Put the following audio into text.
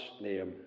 name